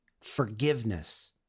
forgiveness